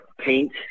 paint